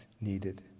needed